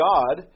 God